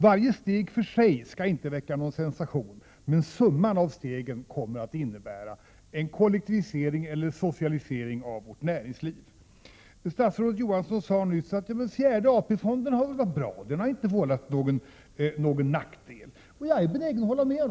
Varje steg för sig skall inte väcka någon sensation, men summan av stegen kommer att innebära en kollektivisering eller en socialisering av vårt näringsliv. Statsrådet Johansson sade nyss att den fjärde AP-fonden ju varit bra. Den har inte varit till någon nackdel. Jag är beredd att hålla med.